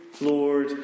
Lord